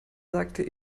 sagte